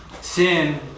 Sin